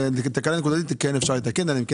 ותקלה נקודתית כן אפשר לתקן אלא אם כן